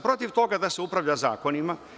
Protiv toga sam da se upravlja zakonima.